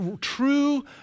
true